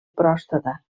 pròstata